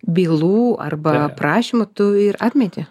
bylų arba prašymų tu ir atmeti